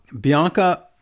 Bianca